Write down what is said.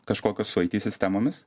kažkokios su it sistemomis